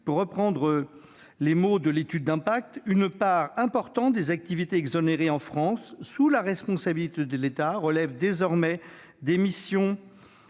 pour reprendre les mots de l'étude d'impact, « une part importante des activités exercées, en France, sous la responsabilité de l'État, relève désormais des missions